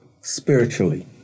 spiritually